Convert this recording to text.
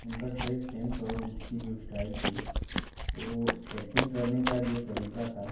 उनका dress sense और उनकी जो स्टाईल थी वो ऐक्टिंग करने का जो तरीका था